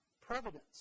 Providence